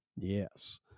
Yes